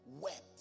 wept